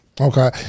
Okay